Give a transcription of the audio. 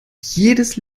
jedes